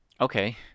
Okay